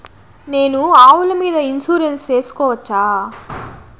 నేను ఆవుల మీద ఇన్సూరెన్సు సేసుకోవచ్చా?